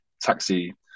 taxi